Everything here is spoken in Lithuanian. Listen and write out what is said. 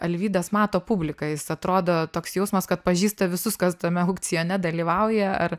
alvydas mato publiką jis atrodo toks jausmas kad pažįsta visus kas tame aukcione dalyvauja ar